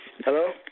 Hello